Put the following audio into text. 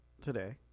today